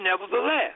nevertheless